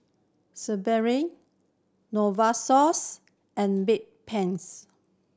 Sebamed Novosource and Bedpans